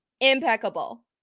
impeccable